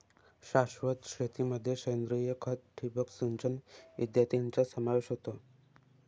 शाश्वत शेतीमध्ये सेंद्रिय खत, ठिबक सिंचन इत्यादींचा समावेश होतो